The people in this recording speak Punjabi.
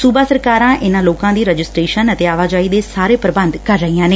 ਸੁਬਾ ਸਰਕਾਰਾ ਇਨਾ ਲੱਕਾ ਦੀ ਰਜਿਸਟਰੇਸ਼ਨ ਅਤੇ ਆਵਾਜਾਈ ਦੇ ਸਾਰੇ ਪੁਬੰਧ ਕਰ ਰਹੀਆਂ ਨੇ